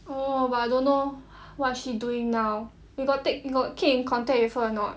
oh but I don't know what she doing now you got take you got keep in contact with her or not